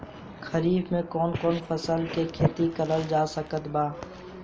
खरीफ मे कौन कौन फसल के खेती करल जा सकत बा?